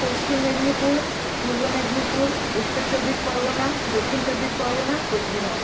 পশ্চিম মেদিনীপুর পূর্ব মেদিনীপুর উত্তর চব্বিশ পরগণা দক্ষিণ চব্বিশ পরগণা কুচবিহার